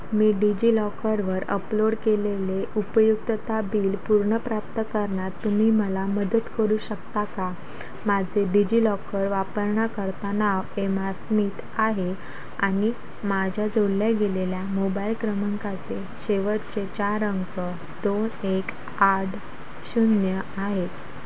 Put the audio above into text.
मी डिजि लॉकरवर अपलोड केलेले उपयुक्तता बिल पुनर्प्राप्त करण्यात तुम्ही मला मदत करू शकता का माझे डिजि लॉकर वापरण्याकरता नाव एमा स्मित आहे आणि माझ्या जोडल्या गेलेल्या मोबाईल क्रमांकाचे शेवटचे चार अंक दोन एक आठ शून्य आहे